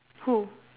who